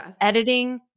editing